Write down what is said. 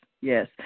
yes